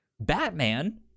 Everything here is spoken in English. Batman